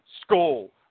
school